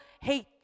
hate